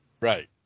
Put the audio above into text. Right